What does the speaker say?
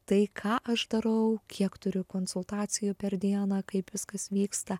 tai ką aš darau kiek turiu konsultacijų per dieną kaip viskas vyksta